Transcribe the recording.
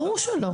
ברור שלא.